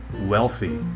wealthy